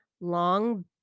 long